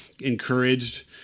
encouraged